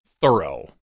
thorough